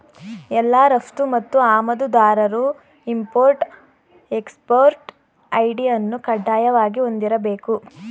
ಎಲ್ಲಾ ರಫ್ತು ಮತ್ತು ಆಮದುದಾರರು ಇಂಪೊರ್ಟ್ ಎಕ್ಸ್ಪೊರ್ಟ್ ಐ.ಡಿ ಅನ್ನು ಕಡ್ಡಾಯವಾಗಿ ಹೊಂದಿರಬೇಕು